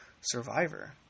survivor